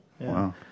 Wow